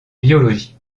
biologie